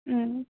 ও